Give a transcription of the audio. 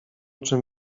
czym